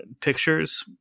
pictures